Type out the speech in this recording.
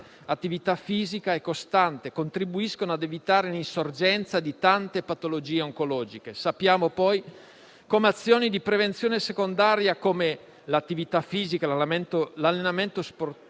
attività fisica contribuiscono a evitare l'insorgenza di tante patologie oncologiche. Sappiamo poi come azioni di prevenzione secondaria come l'attività fisica e l'allenamento sportivo